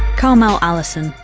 karmel allison,